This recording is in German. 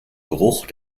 geruch